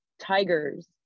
tigers